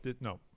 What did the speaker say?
No